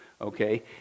okay